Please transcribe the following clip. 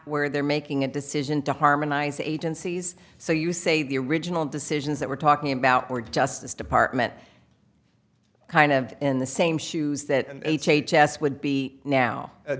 where they're making a decision to harmonize the agencies so you say the original decisions that we're talking about were justice department kind of in the same shoes that and h h s would be now